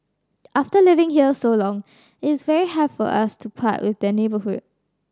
after living here so long it is very hard for us to part with the neighbourhood